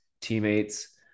teammates